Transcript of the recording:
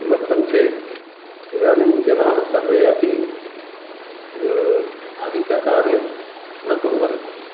किमर्थं चेत् इदानीं जनाः सर्वे अपि अधिककार्यं न कुर्वन्ति